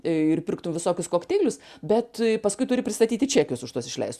ir pirktų visokius kokteilius bet paskui turi pristatyti čekius už tuos išleis